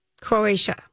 Croatia